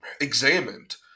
examined